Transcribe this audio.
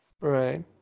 Right